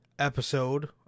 Episode